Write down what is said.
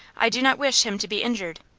i do not wish him to be injured.